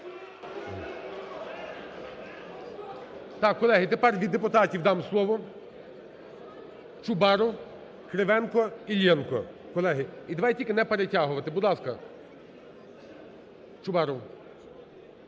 Колеги, тепер від депутатів дам слово. Чубаров, Кривенко, Іллєнко. Колеги, і давайте тільки не перетягувати. Будь ласка, Чубаров,